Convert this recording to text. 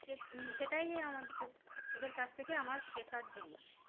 সে সেটাই আমাদের ওদের কাছ থেকে আমার শেখার জিনিস